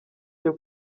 cyo